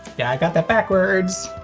yeah i got that backwards!